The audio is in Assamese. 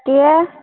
কিএ